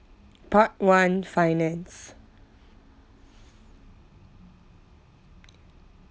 part one finance